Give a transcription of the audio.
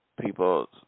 people